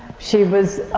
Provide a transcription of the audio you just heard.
she was,